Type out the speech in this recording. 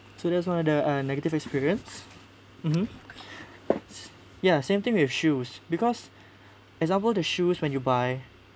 so that's one of the negative experience mmhmm ya same thing with shoes because example the shoes when you buy